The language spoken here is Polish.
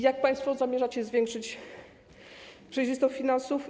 Jak państwo zamierzacie zwiększyć przejrzystość finansów?